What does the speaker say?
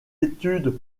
études